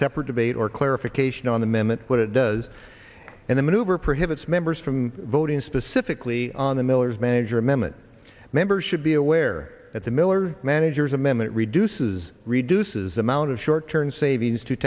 separate debate or clarification on the memmott what it does and the maneuver prohibits members from voting specifically on the miller's manager mehmet members should be aware that the miller manager's amendment reduces reduces the amount of short term savings to